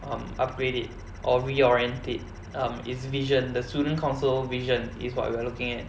um upgrade it or reorient it um it's vision the student council vision is what we're looking at